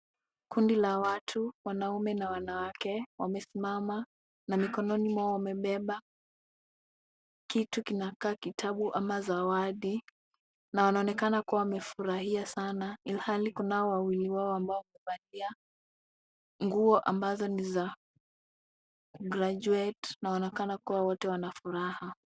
Kundi la watu wanaume na wanawake wamesimama na mikononi mwao wamebeba kitu kinakaa kitabu ama zawadi na wanaonekana kuwa wamefurahia sana, ilihali kunao wawili wao ambao wamevalia nguo ambazo ni za graduate na wanaonekana kuwa wote wana furaha.